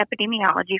epidemiology